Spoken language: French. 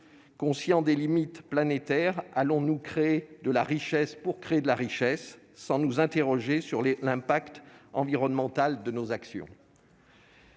Conscients des limites planétaires, allons-nous créer de la richesse pour créer de la richesse, sans nous interroger sur les effets sur l'environnement de nos actions ?